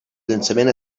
llançament